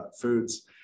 foods